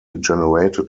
generated